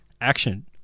action